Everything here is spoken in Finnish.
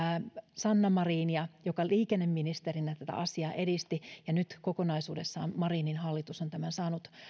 sanna marinia joka liikenneministerinä tätä asiaa edisti ja nyt kokonaisuudessaan marinin hallitus on tämän saanut